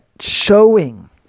showing